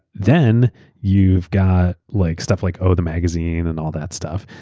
then you've got like stuff like o the magazine and all that stuff.